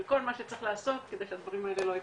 של כל מה שצריך לעשות כדי שהדברים האלה לא יקרו.